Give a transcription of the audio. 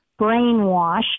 brainwashed